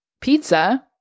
pizza